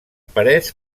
parets